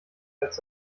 als